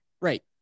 right